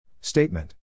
Statement